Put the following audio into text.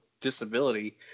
disability